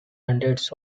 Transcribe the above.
hundreds